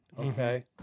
Okay